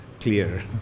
clear